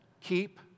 keep